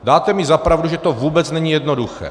Dáte mi za pravdu, že to vůbec není jednoduché.